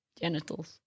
genitals